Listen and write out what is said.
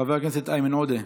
חבר הכנסת איימן עודה,